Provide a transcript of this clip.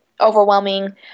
overwhelming